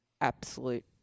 absolute